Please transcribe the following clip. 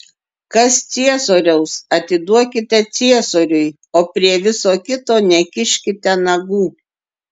kas ciesoriaus atiduokite ciesoriui o prie viso kito nekiškite nagų